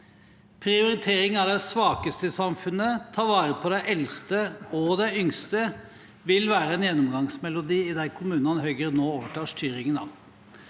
Prioritering av de svakeste i samfunnet og å ta vare på de eldste og de yngste vil være en gjennomgangsmelodi i de kommunene Høyre nå overtar styringen av.